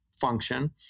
function